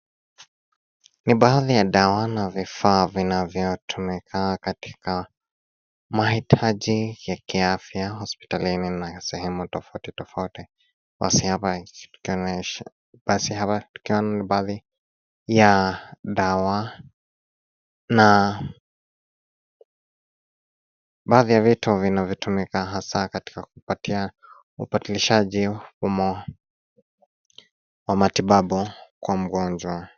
Ni baadhi ya dawa na vifaa vinavyotumika katika maitaji ya kiafya hospitalini na sehemu tifautitofauti. Basi hapa tukiona ni baadhi ya dawa na baadhi ya vitu vinavyotumika hasa katika kupatia upatilishaji humo wa matibabu kwa mgonjwa.